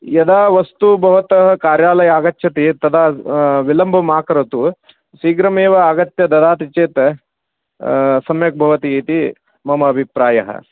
यदा वस्तुः भवतः कार्यालये आगच्छति तदा विलम्बम् मा करोतु शीघ्रमेव आगत्य ददाति चेत् सम्यक् भवति इति मम अभिप्रायः